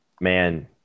Man –